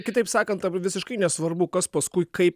kitaip sakant tampa visiškai nesvarbu kas paskui kaip